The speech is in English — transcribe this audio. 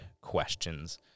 questions